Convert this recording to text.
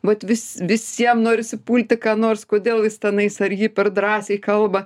vat vis visiem norisi pulti ką nors kodėl jis tenais ar ji per drąsiai kalba